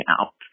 out